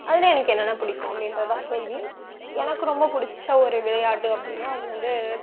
அதில் எனக்கு என்னென்ன பிடிக்கும் அப்படின்றதான் கேள்வி எனக்கு ரொம்ப பிடிச்ச ஒரு விளையாட்டு அப்படின்னா அது வந்து